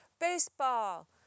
baseball